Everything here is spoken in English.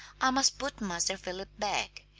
i must put master philip back.